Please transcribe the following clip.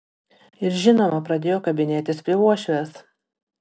ir žinoma pradėjo kabinėtis prie uošvės